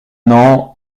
non